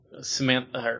Samantha